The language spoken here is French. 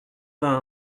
vingt